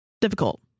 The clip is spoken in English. Difficult